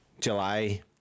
July